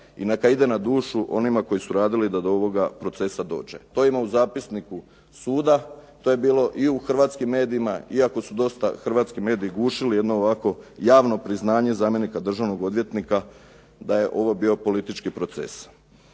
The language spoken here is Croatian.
i neka ide na dušu onima koji su radili da do ovoga procesa dođe. To ima u zapisniku suda, to je bilo i u hrvatskim medijima, iako su dosta hrvatski mediji gušili jedno ovako javno priznanje zamjenika državnog odvjetnika da je ovo bio politički proces.